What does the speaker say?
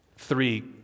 Three